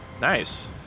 Nice